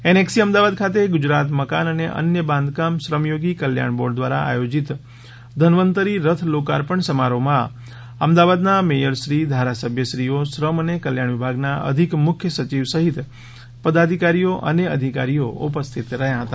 એનેક્સિઅમદાવાદ ખાતે ગુજરાત મકાન અને અન્ય બાંધકામ શ્રમયોગી કલ્યાણ બોર્ડ દ્વારા આયોજિત ધનવંતરી રથ લોકાર્પણ સમારોહમાં અમદાવાદના મેયરશ્રી ધારાસભ્યશ્રીઓ શ્રમ અને કલ્યાણ વિભાગના અધિક મુખ્ય સચિવ સહિત પદાધિકારીઓ અને અધિકારીઓ ઉપસ્થિત રહ્યા હતા